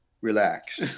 relax